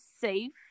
safe